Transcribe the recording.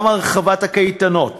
גם הרחבת הקייטנות